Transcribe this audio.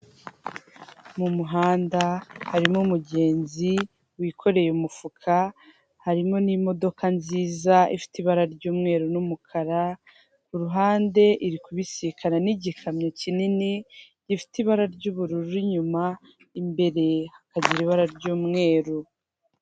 Mu muhanda harimo umugenzi wikoreye umufuka, harimo n'imodoka nziza ifite ibara ry'umweru n'umukara, ku ruhande iri kubisikana n'igikamyo kinini gifite ibara ry'ubururu inyuma imbere kikagira ibara ry'umweru.